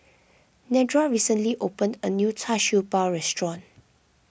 Nedra recently opened a new Char Siew Bao restaurant